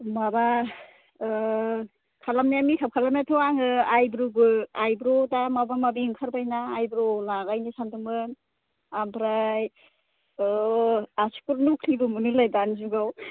माबा खालामनाया make up खालामनायाथ' आङो आइ ब्रुबो आइ ब्र' दा माबा माबि ओंखारबायना आइ ब्र' लागायनो सानदोंमोन आमफ्राय आसुगुर नखलिबो मोनो होनलाय दानि जुगाव